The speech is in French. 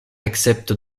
accepte